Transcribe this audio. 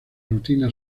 rutina